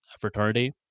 fraternity